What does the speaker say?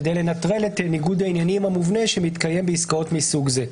כדי לנטרל את ניגוד העניינים המובנה שמתקיים בעסקאות מסוג זה.